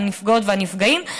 גם עם הנפגעות והנפגעים,